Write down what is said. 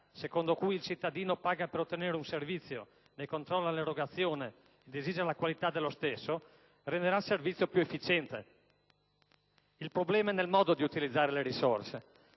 secondo cui il cittadino paga per ottenere un servizio, ne controlla l'erogazione ed esige la qualità dello stesso, renderà il servizio più efficiente. Il problema è nel modo di utilizzare le risorse: